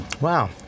Wow